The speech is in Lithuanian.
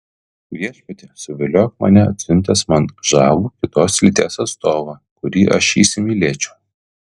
viešpatie suviliok mane atsiuntęs man žavų kitos lyties atstovą kurį aš įsimylėčiau